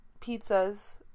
pizzas